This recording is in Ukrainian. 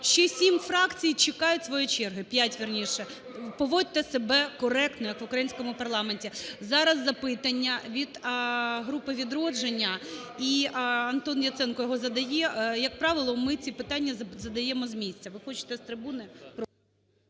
Ще сім фракцій чекають своєї черги, п'ять, вірніше. Поводьте себе коректно, як в українському парламенті. Зараз запитання від групи "Відродження" і Антон Яценко його задає, як правило, ми ці питання задаємо з місця. Ви хочете з трибуни?